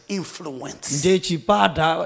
influence